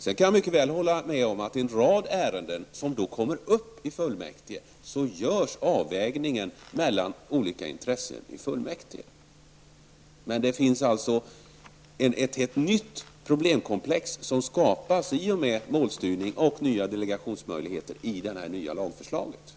Sedan kan jag mycket väl hålla med om att avvägningen mellan olika intressen i en rad ärenden som kommer upp till fullmäktige görs där. Men ett helt nytt problemkomplex skapas i och med den målstyrning och de nya delegationsmöjligheter som det nya lagförslaget